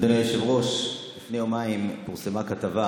אדוני היושב-ראש, לפני יומיים פורסמה כתבה